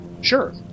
Sure